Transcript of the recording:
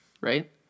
right